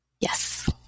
Yes